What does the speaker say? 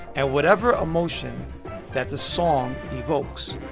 and whatever emotion that the song evokes,